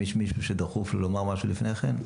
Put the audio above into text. אם יש מישהו שדחוף לו לומר משהו לפני כן.